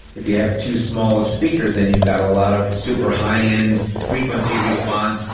if you have too small of speakers, then you've got a lot of super high end frequency responses,